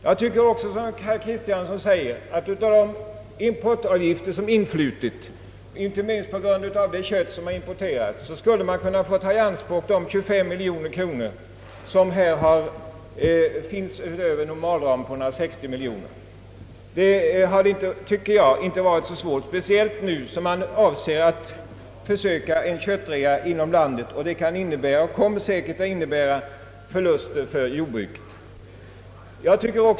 Jag tycker också, som herr Kristiansson säger, att av de importavgifter som influtit — inte minst på grund av det kött som har importerats — skulle man ha kunnat få ta i anspråk de 25 miljoner kronor som finns utöver normalramen 160 miljoner kronor. Det hade enligt min mening inte varit så svårt, speciellt som man nu försöker med en köttrealisation inom landet och detta säkert kommer att innebära förluster för jordbruket.